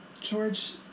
George